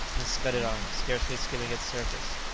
and scudded on, scarcely skimming its surface.